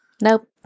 Nope